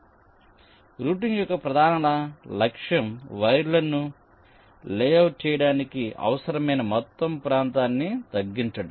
కాబట్టి రూటింగ్ యొక్క ప్రధాన లక్ష్యం వైర్లను లేఅవుట్ చేయడానికి అవసరమైన మొత్తం ప్రాంతాన్ని తగ్గించడం